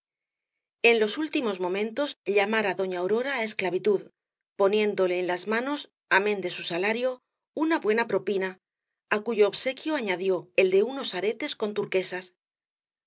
en los últimos momentos llamara doña aurora á esclavitud poniéndole en las manos amén de su salario una buena propina á cuyo obsequio añadió el de unos aretes con turquesas